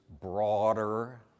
broader